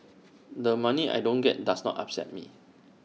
the money I don't get does not upset me